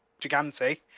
Gigante